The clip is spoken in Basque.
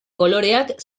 koloreak